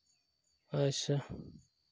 ᱟᱪᱪᱷᱟ